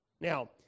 Now